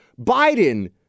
Biden